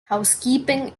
housekeeping